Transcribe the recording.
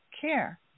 care